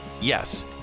Yes